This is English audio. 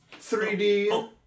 3D